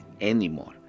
anymore